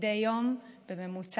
ומדי יום בממוצע,